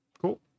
cool